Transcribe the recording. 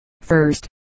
First